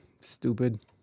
stupid